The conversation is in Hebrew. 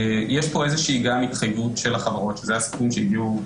יש פה איזושהי גם התחייבות של החברות וזה הסיכום שהגיעו,